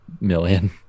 million